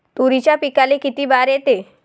तुरीच्या पिकाले किती बार येते?